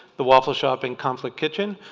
the waffle shop, and conflict kitchen.